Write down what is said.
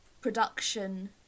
production